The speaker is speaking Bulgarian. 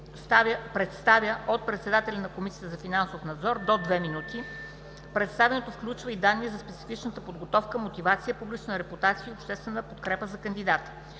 представя от председателя на Комисията за финансов надзор – до две минути. Представянето включва и данни за специфичната подготовка, мотивацията, публичната репутация и обществената подкрепа за кандидата.